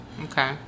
Okay